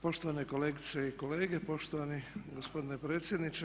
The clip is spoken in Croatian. Poštovane kolegice i kolege, poštovani gospodine predsjedniče.